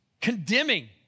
condemning